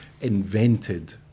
invented